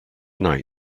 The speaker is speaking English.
night